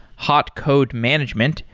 hot code management,